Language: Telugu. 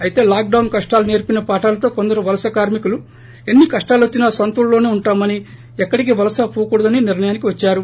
అయితే లాక్ డొన్ కష్టాలు సేర్పిన పాఠాలతో కొందరు వలస కార్కికులు ఎన్ని కష్టాలొచ్చినా నొంతూళ్ళలోసే ఉంటామని ఎక్కడికీ వలస పోకూడదని నిర్ణయానికి వచ్చారు